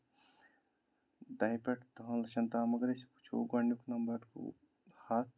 دَہیہِ پٮ۪ٹھ دَہَن لَچھَن تام اَگَر أسۍ وُچھو گۅڈنِیُک نَمبَر گوٚو ہَتھ